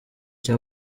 cya